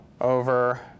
over